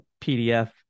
PDF